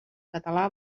català